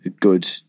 good